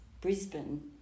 Brisbane